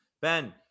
Ben